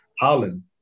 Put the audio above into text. Holland